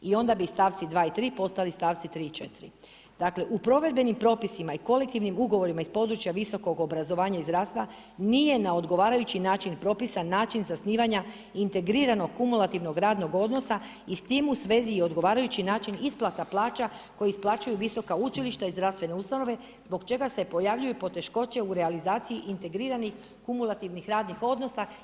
I onda bi stavci 2. i 3. postali stavci 3. i 4. Dakle u provedbenim propisima i kolektivnim ugovorima iz područja visokog obrazovanja i zdravstva nije na odgovarajući način propisan način zasnivanja integriranog kumulativnog radnog odnosa i s tim u svezi i odgovarajući način isplata plaća koji isplaćuju visoka učilišta i zdravstvene ustanove zbog čega se pojavljuju poteškoće u realizaciji integriranih kumulativnih radnih odnosa.